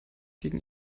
gegen